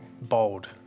bold